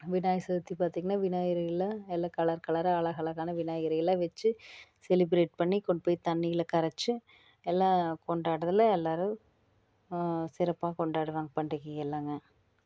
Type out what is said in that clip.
விநாயகர் சதுர்த்திக்கு பார்த்திங்கன்னா விநாயகர் எல்லாம் எல்லாம் கலர் கலராக அழகழகான விநாயகர்களெல்லாம் வச்சு செலிப்ரேட் பண்ணி கொண்டு போய் தண்ணியில கரைச்சு எல்லாம் கொண்டாடுறதுல எல்லாரும் சிறப்பாக கொண்டாடுவாங்க பண்டிகைக எல்லாம்ங்க